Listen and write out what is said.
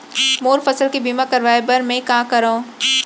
मोर फसल के बीमा करवाये बर में का करंव?